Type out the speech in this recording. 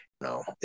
No